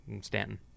Stanton